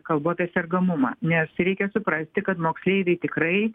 kalbu apie sergamumą nes reikia suprasti kad moksleiviai tikrai